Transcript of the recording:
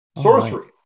Sorcery